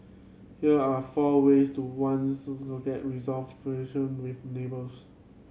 here are four ways to ones to get resolve with neighbours